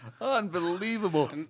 Unbelievable